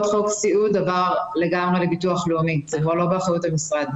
סיעוד עבר לגמרי לביטוח לאומי והוא כבר לא באחריות המשרד.